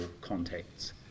contacts